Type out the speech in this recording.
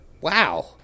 Wow